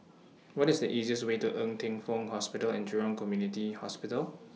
What IS The easiest Way to Ng Teng Fong Hospital and Jurong Community Hospital